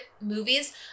movies